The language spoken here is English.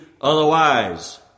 otherwise